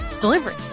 delivery